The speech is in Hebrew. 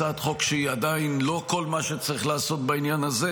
זו הצעת חוק שהיא עדיין לא כל מה שצריך לעשות בעניין הזה,